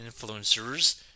influencers